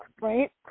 right